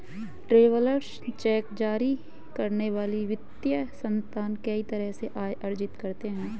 travellers cheque जारी करने वाले वित्तीय संस्थान कई तरह से आय अर्जित करते हैं